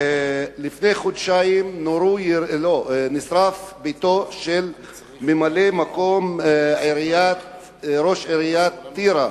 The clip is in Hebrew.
לפני כחודשיים נשרף ביתו של ממלא-מקום ראש עיריית טירה,